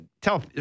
tell